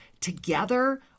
together